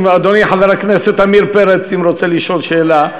אם אדוני חבר הכנסת עמיר פרץ רוצה לשאול שאלה,